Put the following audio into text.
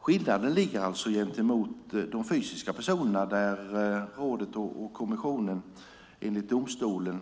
Skillnaden är gentemot de fysiska personerna där rådet och kommissionen enligt domstolen